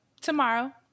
tomorrow